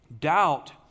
doubt